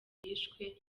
yishwe